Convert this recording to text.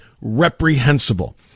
reprehensible